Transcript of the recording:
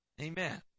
Amen